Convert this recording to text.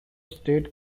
state